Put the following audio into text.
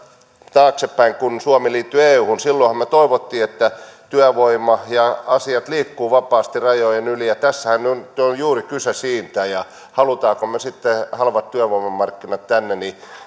taaksepäin kun suomi liittyi euhun silloinhan me toivoimme että työvoima ja asiat liikkuvat vapaasti rajojen yli ja tässähän nyt on kyse juuri siitä haluammeko me sitten halvat työvoimamarkkinat tänne